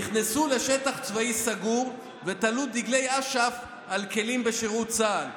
נכנסו לשטח צבאי סגור ותלו דגלי אש"ף על כלים בשירות צה"ל.